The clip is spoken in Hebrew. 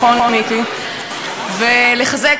לא נתן